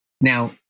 Now